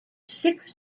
six